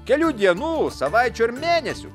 kelių dienų savaičių ar mėnesių